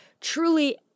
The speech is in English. truly